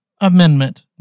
amendment